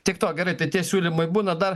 tiek to gerai tai tie siūlymai būna dar